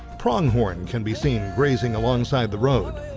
pronghorn can be seen grazing alongside the road.